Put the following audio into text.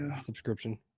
subscription